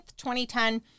2010